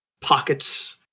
pockets